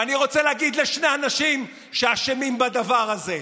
ואני רוצה להגיד לשני אנשים שאשמים בדבר הזה,